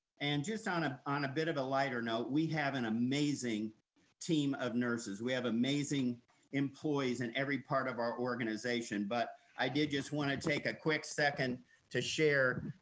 and just on ah on a bit of a lighter note, we have an amazing team of nurses. we have amazing employees in every part of our organization, but i did just wanna take a quick second to share.